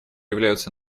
являются